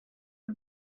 the